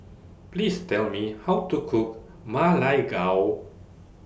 Please Tell Me How to Cook Ma Lai Gao